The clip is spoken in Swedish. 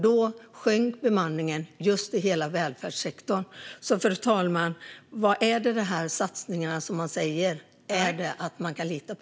Då sjönk bemanningen i hela välfärdssektorn. Fru talman! Går det att lita på de satsningar som ledamoten tar upp?